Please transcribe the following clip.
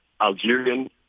Algerian